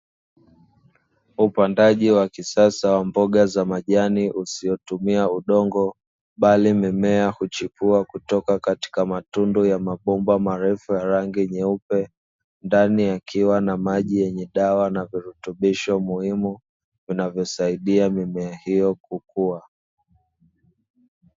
Upandaji wa kisasa wa mboga za majani usiotumia udongo bali mimea huchipua kutoka katika matundu ya mabomba marefu ya rangi nyeupe ndani yakiwa na maji yenye dawa na virutubisho muhimu vinavyosaidia mimea hiyo kukua.